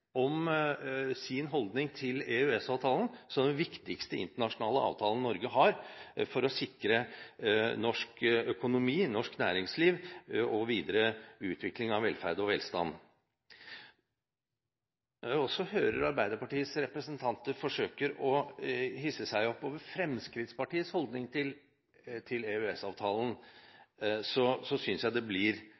om sin holdning til EØS-avtalen som den viktigste internasjonale avtalen Norge har for å sikre norsk økonomi, norsk næringsliv og videre utvikling av velferd og velstand. Når jeg også hører Arbeiderpartiets representanter forsøke å hisse seg opp over Fremskrittspartiets holdning til EØS-avtalen, synes jeg det blir